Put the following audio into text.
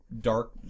dark